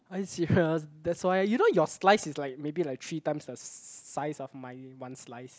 are you serious that's why you know your slice is like maybe like three times the size of my one slice